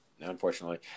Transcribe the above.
unfortunately